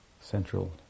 central